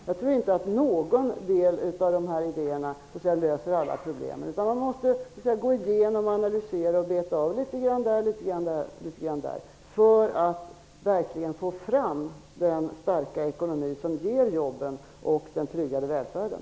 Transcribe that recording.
Jag tror inte att någon av dessa idéer löser alla problem, utan man måste gå igenom och analysera litet grand här och litet grand där för att verkligen få fram den starka ekonomi som ger jobben och den tryggare välfärden.